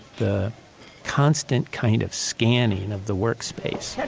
the constant kind of scanning of the workspace